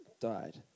Died